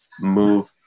move